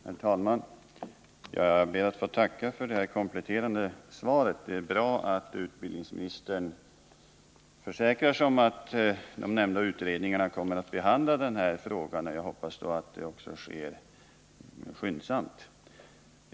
Herr talman! Jag ber att få tacka för det här kompletterande svaret. Det är bra att utbildningsministern försäkrar sig om att de nämnda utredningarna kommer att behandla denna fråga. Jag hoppas det sker skyndsamt.